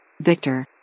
Victor